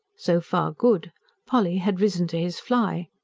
so far good polly had risen to his fly!